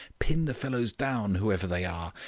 pin the fellows down, whoever they are.